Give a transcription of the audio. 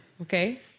Okay